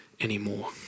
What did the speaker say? anymore